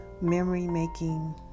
memory-making